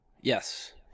Yes